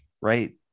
right